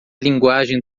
linguagem